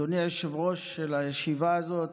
אדוני יושב-ראש הישיבה הזאת,